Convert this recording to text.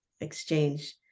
exchange